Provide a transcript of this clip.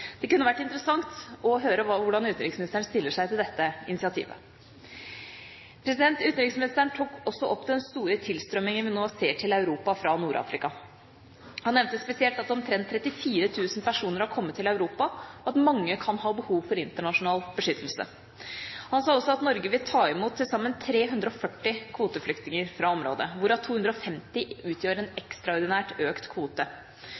Det kunne vært interessant å høre hvordan utenriksministeren stiller seg til dette initiativet. Utenriksministeren tok også opp den store tilstrømmingen vi nå ser til Europa fra Nord-Afrika. Han nevnte spesielt at omtrent 34 000 personer har kommet til Europa, og at mange kan ha behov for internasjonal beskyttelse. Han sa også at Norge vil ta imot til sammen 340 kvoteflyktninger fra området, hvorav 250 utgjør en ekstraordinært økt kvote.